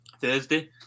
Thursday